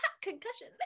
concussion